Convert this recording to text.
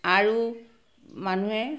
আৰু মানুহে